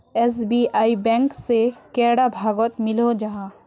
SBI bank से कैडा भागोत मिलोहो जाहा?